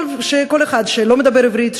שכל אחד שלא מדבר עברית,